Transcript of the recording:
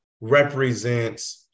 represents